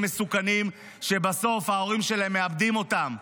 מסוכנים ובסוף ההורים שלהם מאבדים אותם,